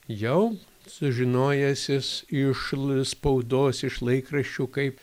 jau sužinojęsis iš spaudos iš laikraščių kaip